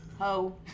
Ho